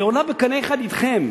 היא עולה בקנה אחד אתכם,